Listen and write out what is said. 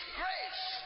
grace